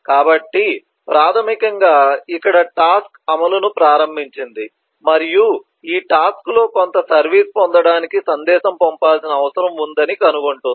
కాబట్టి ప్రాథమికంగా ఇక్కడ టాస్క్ అమలును ప్రారంభించింది మరియు ఈ టాస్క్ లో కొంత సర్వీస్ పొందడానికి సందేశం పంపాల్సిన అవసరం ఉందని కనుగొంటుంది